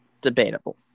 debatable